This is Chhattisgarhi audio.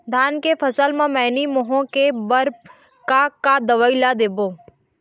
धान के फसल म मैनी माहो के बर बर का का दवई ला देबो?